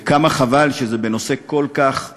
וכמה חבל שזה בנושא כל כך חשוב.